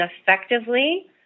effectively